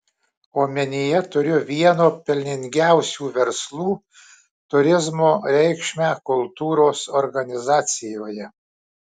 omenyje turiu vieno pelningiausių verslų turizmo reikšmę kultūros organizacijoje